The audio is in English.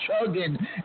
chugging